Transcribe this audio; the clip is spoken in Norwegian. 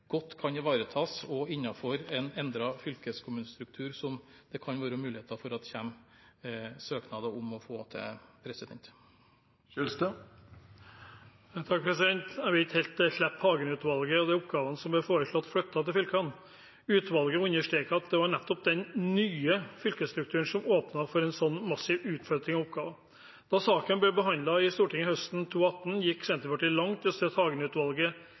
godt kan ivaretas også innenfor en endret fylkeskommunestruktur, som det kan være muligheter for at det kommer søknader om å få til. Jeg vil ikke helt slippe Hagen-utvalget og de oppgavene som ble foreslått flyttet til fylkene. Utvalget understreket at det nettopp var den nye fylkesstrukturen som åpnet for en sånn massiv utflytting av oppgaver. Da saken ble behandlet i Stortinget høsten 2018, gikk Senterpartiet langt